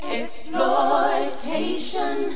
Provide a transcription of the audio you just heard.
exploitation